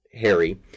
Harry